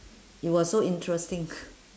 it was so interesting